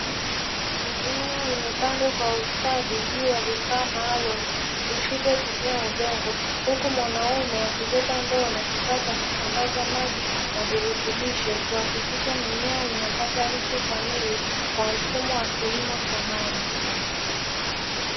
Mimea imepandwa kwa ustadi juu ya vifaa maalumu visivyotumia udongo, huku mwanaume akibeba ndoo na kifaa cha kusambaza maji na virutubisho kuhakikisha mimea inapata lishe kamili kwa mfumo wa kilimo cha maji.